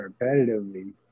repetitively